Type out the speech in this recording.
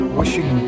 wishing